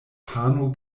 pano